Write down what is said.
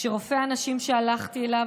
כשרופא הנשים שהלכתי אליו,